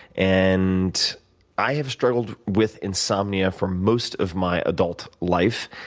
and i have struggled with insomnia for most of my adult life,